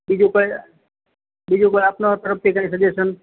બીજું કઈ બીજું કઈ આપણા તરફથી કઈ સજેશન